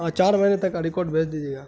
چار مہینے تک کا ریکاڈر بھیج دیجیے گا